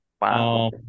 Wow